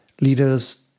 Leaders